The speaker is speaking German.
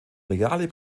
reale